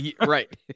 right